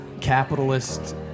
capitalist